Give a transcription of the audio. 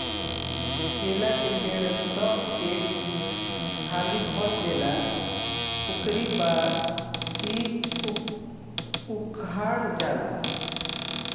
केला के पेड़ बस एक हाली फल देला उकरी बाद इ उकठ जाला